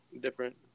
different